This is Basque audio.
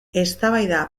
eztabaida